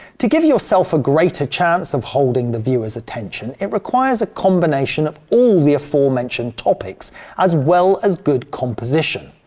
to give yourself a greater chance of holding the viewers attention it requires a combination of all the aforementioned topics as well as good composition.